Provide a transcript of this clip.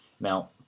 now